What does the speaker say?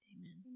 Amen